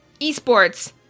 eSports